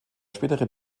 spätere